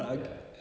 ya